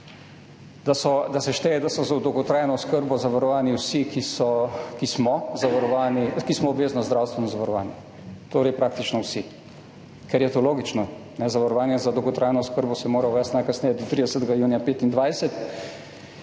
da so za dolgotrajno oskrbo zavarovani vsi, ki so, ki smo obvezno zdravstveno zavarovani, torej praktično vsi. Ker je to logično, zavarovanje za dolgotrajno oskrbo se mora uvesti najkasneje do 30. junija 2025,